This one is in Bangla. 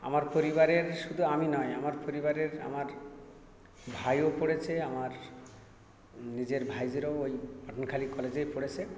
আমার পরিবারের শুধু আমি নয় আমার পরিবারের আমার ভাইও পড়েছে আমার নিজের ভাই যেরম ওই পাঠানখালী কলেজে পড়েছে